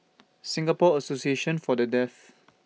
Singapore Association For The Deaf